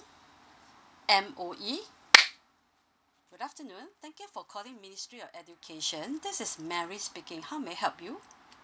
M_O_E good afternoon thank you for calling ministry of education this is mary speaking how may I help you